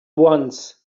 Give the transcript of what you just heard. once